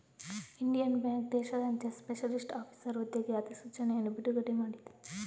Indian Bank ದೇಶಾದ್ಯಂತ specialist officer ಹುದ್ದೆಗೆ ಅಧಿಸೂಚನೆಯನ್ನು ಬಿಡುಗಡೆ ಮಾಡಿದೆ